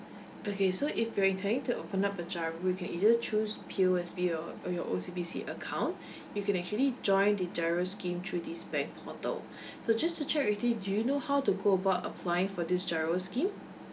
okay so if you are intending to open up a giro you can either choose P_O_S_B or or your O_C_B_C account you can actually join the giro scheme through this bank portal so just to check with you do you know how to go about applying for this giro scheme